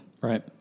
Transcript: Right